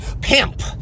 Pimp